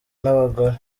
n’abagore